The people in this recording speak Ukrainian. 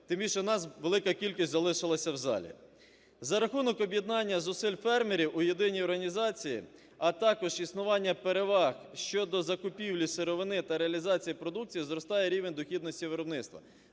тим більше нас велика кількість залишилася в залі. За рахунок об'єднання зусиль фермерів у єдиній організації, а також існування переваг щодо закупівлі сировини та реалізації продукції зростає рівень дохідності виробництва.